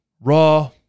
Raw